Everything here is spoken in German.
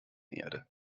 erde